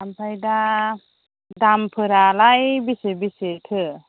ओमफ्राय दा दामफोरालाय बेसे बेसेथो